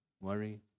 worry